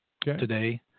today